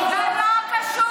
זה לא קשור לשרה.